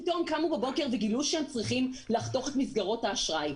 שהם צריכים לחתוך את מסגרות האשראי.